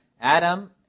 Adam